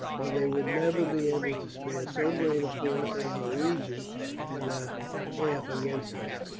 or they would never be able to spare so great a force as a legion and a half against us.